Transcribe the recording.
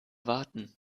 warten